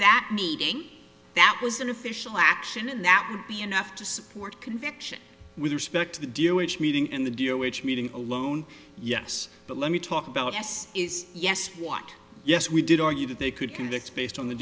that meeting that was an official action that would be enough to support conviction with respect to the deal which meeting and the deal which meeting alone yes but let me talk about us is yes what yes we did argue that they could convict based on the